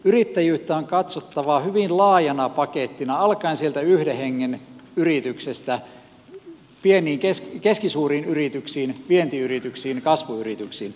yrittäjyyttä on katsottava hyvin laajana pakettina alkaen yhden hengen yrityksistä sieltä keskisuuriin yrityksiin vientiyrityksiin kasvuyrityksiin